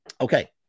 Okay